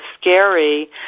scary